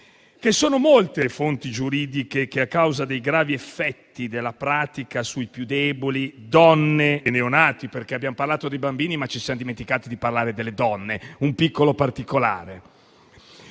che sono molte le fonti giuridiche che, a causa dei gravi effetti della pratica sui più deboli, donne e neonati - abbiamo parlato dei bambini, ma ci siamo dimenticati di parlare delle donne, un piccolo particolare